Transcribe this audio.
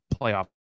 playoff